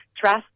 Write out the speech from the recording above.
trust